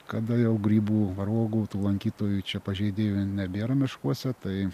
kada jau grybų ar uogų tų lankytojų čia pažeidėjų nebėra miškuose tai